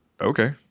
okay